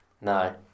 No